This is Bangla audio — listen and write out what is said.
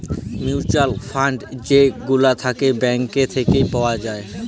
মিউচুয়াল ফান্ড যে গুলা থাক্যে ব্যাঙ্ক থাক্যে পাওয়া যায়